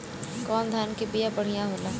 कौन धान के बिया बढ़ियां होला?